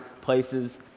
places